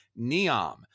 Neom